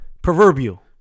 Proverbial